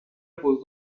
بزرگم